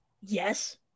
Yes